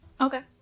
Okay